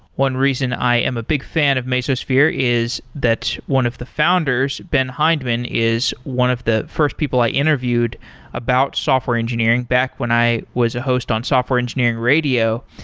one reason i am a big fan of mesosphere is that one of the founders, ben hindman, is one of the first people i interviewed about software engineering back when i was a host on software engineering radio,